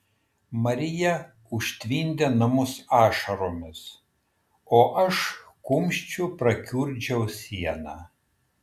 marija užtvindė namus ašaromis o aš kumščiu prakiurdžiau sieną